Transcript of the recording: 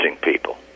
people